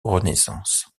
renaissance